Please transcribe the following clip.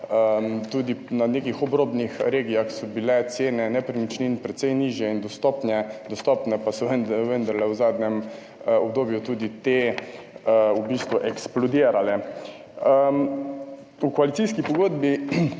tudi na nekih obrobnih regijah so bile cene nepremičnin precej nižje in dostopne, pa so vendarle v zadnjem obdobju tudi te v bistvu eksplodirale. V koalicijski pogodbi